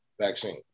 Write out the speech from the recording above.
vaccine